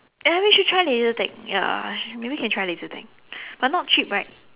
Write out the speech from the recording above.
ah ya we should try laser tag ya maybe can try laser tag but not cheap right